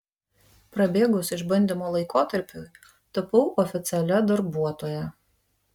prabėgus išbandymo laikotarpiui tapau oficialia darbuotoja